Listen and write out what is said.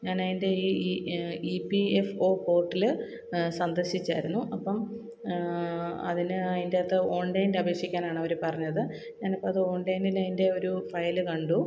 ഞാനതിന്റെയീ ഈ E E P F O പോര്ട്ടില് സന്ദര്ശിച്ചാരുന്നു അപ്പോള് അതിന് അതിന്റകത്ത് ഓണ്ലൈനില് അപേക്ഷിക്കാനാണ് അവര് പറഞ്ഞത് ഞാനിപ്പോള് അത് ഓണ്ലൈനില് അതിന്റെ ഒരു ഫയല് കണ്ടു